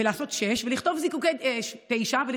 לעשות (9), ולכתוב "זיקוקי די-נור".